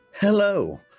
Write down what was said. Hello